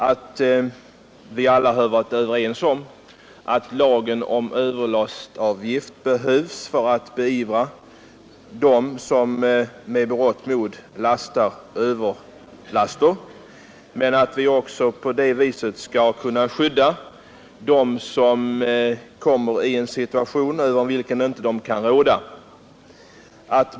Vi har alla varit överens om att lagen om överlastavgift behövs för att man skall kunna ingripa mot dem som med berått mod lastar överlaster men att vi också skall kunna skydda dem som kommer i en situation över vilken de inte kan råda.